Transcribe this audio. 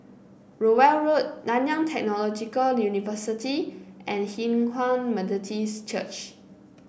Rowell Road Nanyang Technological University and Hinghwa Methodist Church